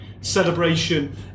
celebration